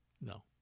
No